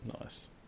nice